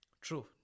True